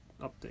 Update